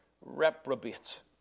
reprobate